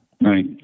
Right